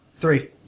three